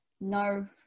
no